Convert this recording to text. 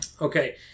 Okay